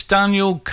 Daniel